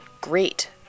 great